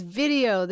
video